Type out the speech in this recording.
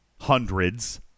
Hundreds